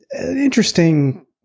interesting